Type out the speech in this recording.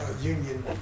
Union